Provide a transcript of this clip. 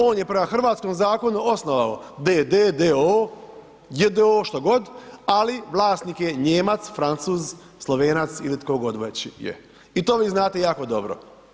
On je prema hrvatskom zakonu, osnovan d.d., d.o.o. j.d.o. što god ali vlasnik je Nijemac, Francuz, Slovenac ili tko god već je i to vi znate jako dobro.